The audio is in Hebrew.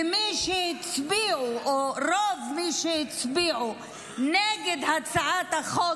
ומי שהצביעו או רוב מי שהצביעו נגד הצעת החוק